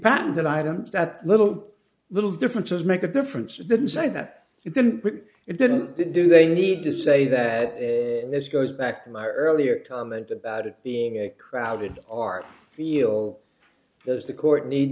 patent that items that little little differences make a difference it didn't say that it didn't it didn't do they need to say that and this goes back to my earlier comment about it being a crowded art feel as the court need